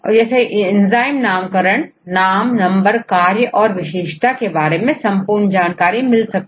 तो एंजाइम का नाम नंबर और उसके समजात इसके अलावा एंजाइम की विशेषता और कार्य क्षमता के बारे में भी जानकारी मिल जाएगी